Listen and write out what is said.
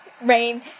Rain